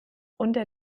unter